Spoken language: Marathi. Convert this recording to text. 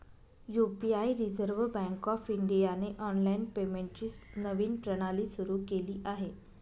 यु.पी.आई रिझर्व्ह बँक ऑफ इंडियाने ऑनलाइन पेमेंटची नवीन प्रणाली सुरू केली आहे